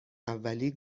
اولی